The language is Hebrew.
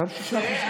אותם 6%. זהה?